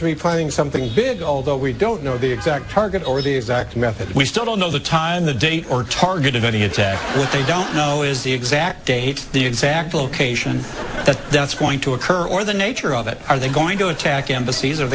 requiring something big although we don't know the exact target or the exact method we still don't know the time the date or target of any attack they don't know is the exact date the exact location that that's going to occur or the nature of it are they going to attack embassies are